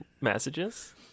messages